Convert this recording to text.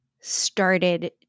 started